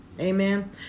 Amen